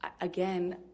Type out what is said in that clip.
Again